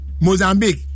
Mozambique